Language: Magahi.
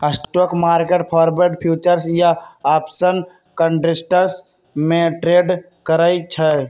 स्टॉक मार्केट फॉरवर्ड, फ्यूचर्स या आपशन कंट्रैट्स में ट्रेड करई छई